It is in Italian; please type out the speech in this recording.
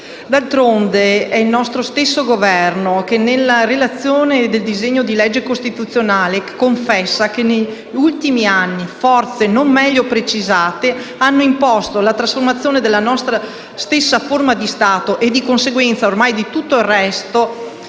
D'altronde è il nostro stesso Governo che, nella relazione al disegno di legge costituzionale, confessa che negli ultimi anni forze non meglio precisate hanno imposto la trasformazione della nostra stessa forma di Stato e di conseguenza ormai tutto il resto